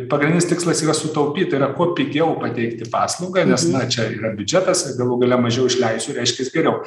pagrindinis tikslas yra sutaupyti yra kuo pigiau pateikti paslaugą nes na čia yra biudžetas ir galų gale mažiau išleisiu reiškias geriau